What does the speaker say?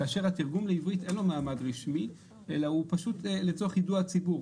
ולתרגום לעברית אין מעמד רשמי אלא הוא פשוט לצורך יידוע הציבור.